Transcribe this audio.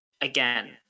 again